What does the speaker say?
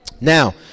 Now